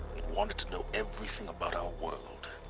wanted to know everything about our world.